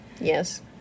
yes